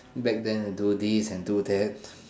back then I do this and do that